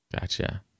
Gotcha